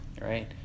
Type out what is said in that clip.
right